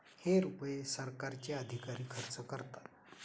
हे रुपये सरकारचे अधिकारी खर्च करतात